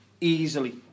Easily